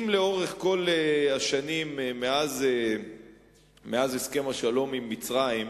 לאורך כל השנים מאז הסכם השלום עם מצרים,